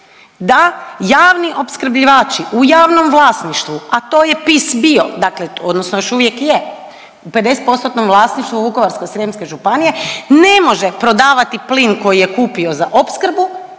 da javni opskrbljivači u javnom vlasništvu, a to je PIS bio, dakle odnosno još uvijek je u 50 postotnom vlasništvu Vukovarsko-srijemske županije, ne može prodavati plin koji je kupio za opskrbu,